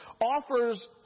offers